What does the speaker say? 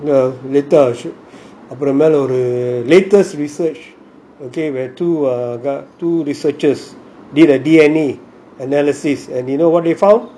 later I'll show அப்புறம்மேலஒரு:apuram mela oru latest reserach where two guy two researchers did a D_N_A analysis and you know what they found